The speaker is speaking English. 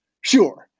sure